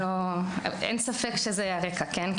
אין ספק שזה הרקע, כן?